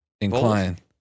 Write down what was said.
inclined